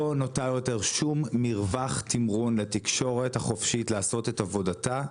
לא נותר יותר שום מרווח תמרון לתקשורת החופשית לעשות את עבודתה,